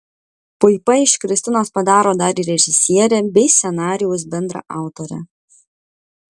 puipa iš kristinos padaro dar ir režisierę bei scenarijaus bendraautorę